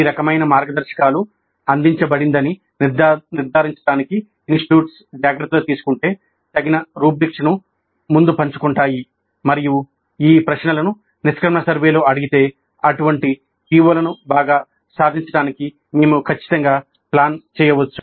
ఈ రకమైన మార్గదర్శకాలు అందించబడిందని నిర్ధారించడానికి ఇన్స్టిట్యూట్స్ జాగ్రత్తలు తీసుకుంటే తగిన రుబ్రిక్స్ ను ముందు పంచుకుంటాయి మరియు ఈ ప్రశ్నలను నిష్క్రమణ సర్వేలో అడిగితే అటువంటి పిఒలను బాగా సాధించడానికి మేము ఖచ్చితంగా ప్లాన్ చేయవచ్చు